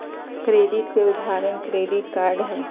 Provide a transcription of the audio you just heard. credit के उदाहरण credit card हई